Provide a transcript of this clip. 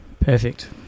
Perfect